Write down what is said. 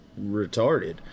retarded